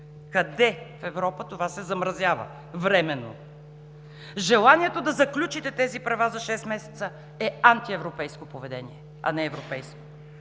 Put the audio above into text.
Къде в Европа това се замразява временно? В желанието да заключите тези права за шест месеца е антиевропейско поведение, а не европейско.